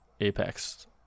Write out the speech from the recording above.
apex